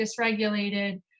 dysregulated